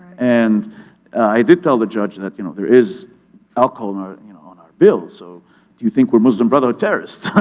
and i did tell the judge that you know there is alcohol you know on our bill, so do you think we're muslim brotherhood terrorists?